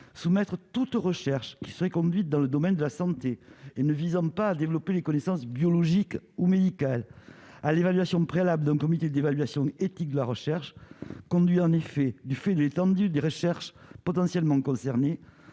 soumettre toute recherche qui serait conduite dans le domaine de la santé et ne visant pas développer les connaissances biologiques ou médicale à l'évaluation préalable d'un comité d'évaluation éthique de la recherche conduit, en effet, du fait de l'étendue des recherches potentiellement concernés